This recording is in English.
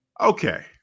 Okay